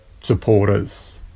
supporters